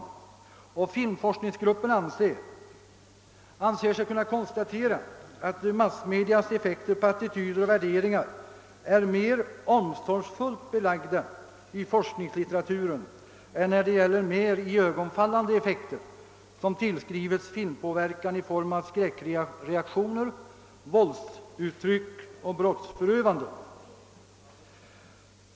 Filminstitutets filmforskningsgrupp har också ansett sig kunna konstatera att massmedias effekter på attityder och värderingar är mer omsorgsfullt belagda i forskningslitteraturen än mer iögonfallande effekter som tillskrivits filmpåverkan i form av skräckreaktioner, våldsuttryck och brottsförövanden.